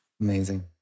Amazing